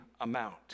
amount